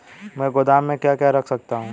मैं गोदाम में क्या क्या रख सकता हूँ?